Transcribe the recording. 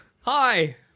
hi